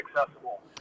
accessible